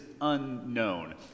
unknown